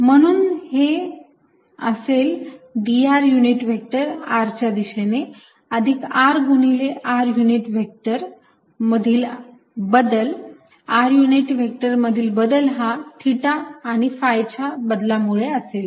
म्हणून हे असेल dr युनिट व्हेक्टर r च्या दिशेने अधिक r गुणिले r युनिट व्हेक्टर मधील बदल r युनिट व्हेक्टर मधील बदल हा थिटा आणि phi च्या बदलामुळे असेल